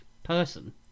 person